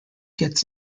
gets